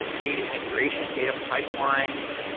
data integration? data pipelines?